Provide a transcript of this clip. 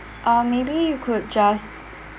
uh maybe you could just